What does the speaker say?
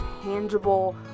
tangible